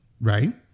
right